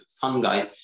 fungi